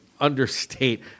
understate